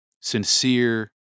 sincere